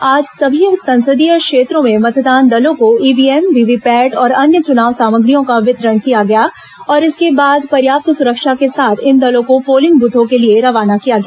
आज सभी संसदीय क्षेत्रों में मतदान दलों को ईव्हीएम वीवीपैट और अन्य चुनाव सामग्रियों का वितरण किया गया और इसके बाद पर्याप्त सुरक्षा के साथ इन दलों को पोलिंग बूथों के लिए रवाना किया गया